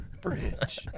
bridge